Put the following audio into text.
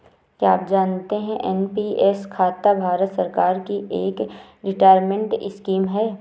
क्या आप जानते है एन.पी.एस खाता भारत सरकार की एक रिटायरमेंट स्कीम है?